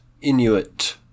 Inuit